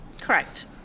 Correct